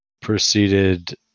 proceeded